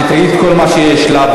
שהיא תגיד את כל מה שיש לה.